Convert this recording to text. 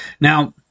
Now